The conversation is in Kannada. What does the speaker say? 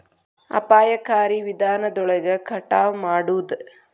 ಅಪಾಯಕಾರಿ ವಿಧಾನದೊಳಗ ಕಟಾವ ಮಾಡುದ